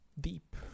deep